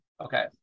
Okay